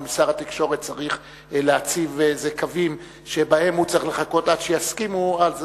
אם שר התקשורת צריך להציב איזה קווים והוא צריך לחכות עד שיסכימו להם,